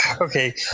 okay